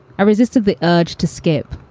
i resisted the urge to skip,